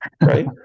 right